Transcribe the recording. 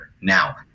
Now